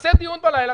תעשה דיון בלילה.